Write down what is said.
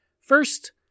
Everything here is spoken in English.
First